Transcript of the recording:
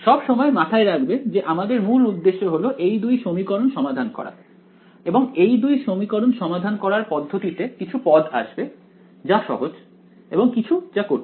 সব সময় মাথায় রাখবে যে আমাদের মূল উদ্দেশ্য হলো এই দুই সমীকরণ সমাধান করা এবং এই দুই সমীকরণ সমাধান করার পদ্ধতিতে কিছু পদ আসবে যা সহজ এবং কিছু যা কঠিন